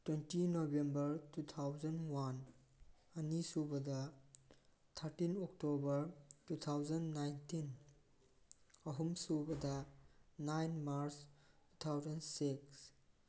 twenty November two thousand one ꯑꯅꯤꯁꯨꯕꯗ thirteen October two thousand nineteen ꯑꯍꯨꯝ ꯁꯨꯕꯗ nine March two thousand six